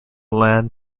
land